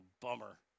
bummer